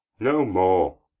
no more!